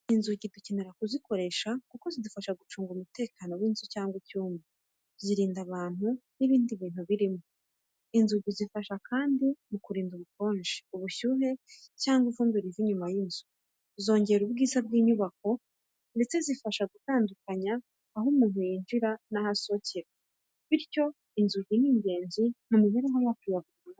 Inzugi dukenera kuzikoresha kuko zidufasha gucunga umutekano w’inzu cyangwa icyumba, zirinda abantu n’ibintu birimo. Inzugi zifasha kandi mu kurinda ubukonje, ubushyuhe cyangwa ivumbi riva inyuma y’inzu. Zongera ubwiza bw’inyubako ndetse zifasha gutandukanya aho umuntu yinjirira n’aho asohokera. Bityo, inzugi ni ingenzi mu mibereho yacu ya buri munsi.